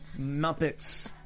Muppets